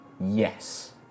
Yes